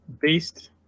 based